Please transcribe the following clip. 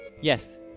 Yes